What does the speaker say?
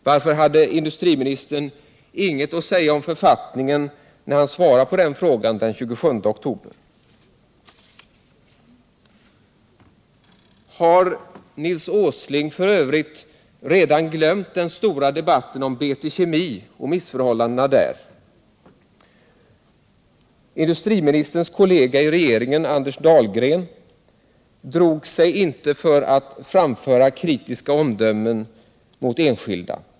Varför hade industriministern ingenting att säga om författningen när han svarade på den frågan den 27 oktober? Har Nils Åsling f.ö. redan glömt den stora debatten om BT Kemi Nr 38 och missförhållandena där? Industriministerns kollega i regeringen Anders Dahlgren drog sig då inte för att föra fram kritiska omdömen mot enskilda.